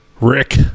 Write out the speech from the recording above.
Rick